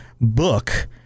book